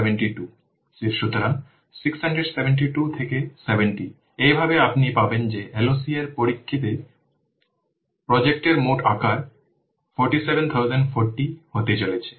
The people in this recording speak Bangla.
সুতরাং 672 থেকে 70 এইভাবে আপনি পাবেন যে LOC এর পরিপ্রেক্ষিতে প্রজেক্টের মোট আকার 47040 হতে চলেছে